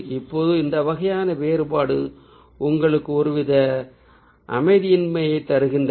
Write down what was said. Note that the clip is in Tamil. இப்போது இந்த வகையான வேறுபாடு உங்களுக்கு ஒருவித அமைதியின்மையைத் தருகிறது